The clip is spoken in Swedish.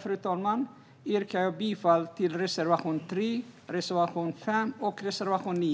Fru talman! Med detta yrkar jag bifall till reservationerna 3, 5 och 9.